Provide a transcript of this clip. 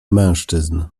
mężczyzn